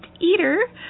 eater